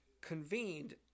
convened